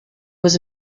was